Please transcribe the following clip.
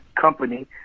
company